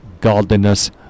godliness